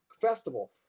festival